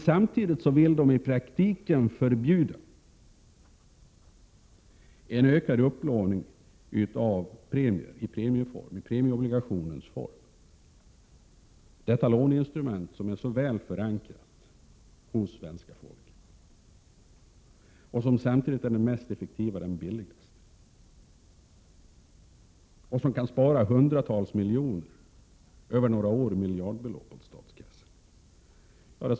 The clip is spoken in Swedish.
Samtidigt vill de i praktiken förbjuda en ökad upplåning i form av premieobligationer, detta låneinstrument som är så väl förankrat hos svenska folket och som samtidigt är det mest effektiva och billigaste och som över några år kan spara miljardbelopp åt statskassan.